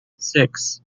six